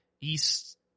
East